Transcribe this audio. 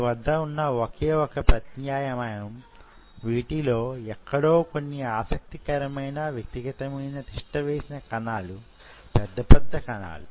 మీ వద్ద వున్న వొకే వొక ప్రత్యామ్నాయం వీటిలో యెక్కడో కొన్ని ఆసక్తికరమైన వ్యక్తిగతమైన తిష్ట వేసిన కణాలు పెద్ద పెద్ద కణాలు